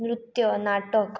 नृत्य नाटक